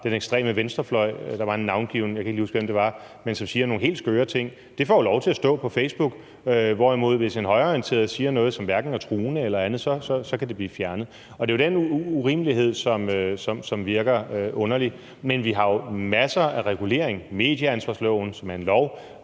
den ekstreme venstrefløj. Der er en navngiven person – jeg kan ikke lige huske, hvem der er – som siger nogle helt skøre ting. Det får jo lov til at stå på Facebook, hvorimod hvis en højreorienteret siger noget, som hverken er truende eller andet, så kan det blive fjernet. Det er jo den urimelighed, som virker underlig. Men vi har jo masser af regulering – medieansvarsloven, som er en lov,